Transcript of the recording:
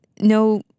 no